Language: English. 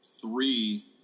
three